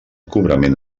cobrament